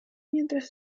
mientras